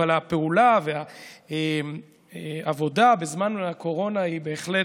אבל הפעולה והעבודה בזמן הקורונה היא בהחלט,